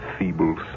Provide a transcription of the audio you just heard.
feeble